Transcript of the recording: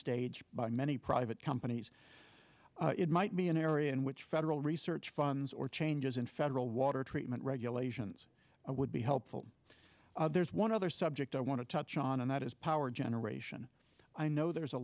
stage by many private companies it might be an area in which federal research funds or changes in federal water treatment regulations would be helpful there's one other subject i want to touch on and that is power generation i know there's a